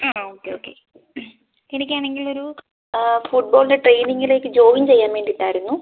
ആ okay okay എനിക്കാണെങ്കിലൊരു ആ ഫുട്ബോളിൻ്റെ ട്രെയിനിംഗിലേക്ക് ജോയിൻ ചെയ്യാൻ വേണ്ടിയിട്ടായിരുന്നു